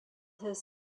his